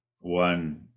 One